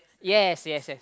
yes yes yes